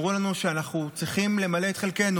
אמרו לנו שאנחנו צריכים למלא את חלקנו.